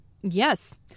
Yes